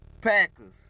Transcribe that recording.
Packers